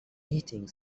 meeting